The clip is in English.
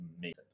amazing